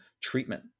treatment